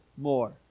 more